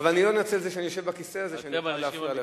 אבל אני לא אנצל את זה שאני יושב בכיסא הזה כך שאני אוכל להפריע לך.